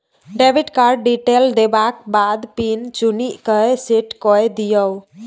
debit card detail देबाक बाद PIN चुनि कए सेट कए दियौ